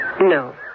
No